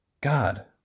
god